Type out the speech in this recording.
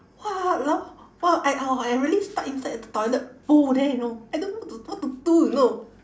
!walao! !wah! I oh I really stuck inside the toilet whole day you know I don't know what to what to do you know